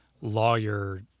lawyer